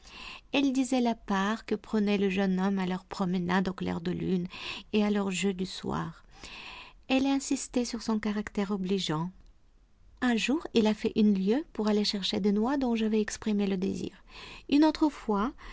elle disait la part que prenait le jeune homme à leurs promenades au clair de lune et à leurs jeux du soir elle insistait sur son caractère obligeant un jour il a fait une lieue pour aller chercher des noix dont j'avais exprimé le désir une autre fois